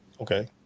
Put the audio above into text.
Okay